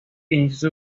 inició